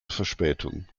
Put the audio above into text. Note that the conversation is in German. verspätung